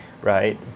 right